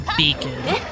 beacon